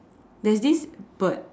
there's this bird